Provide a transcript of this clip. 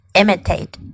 imitate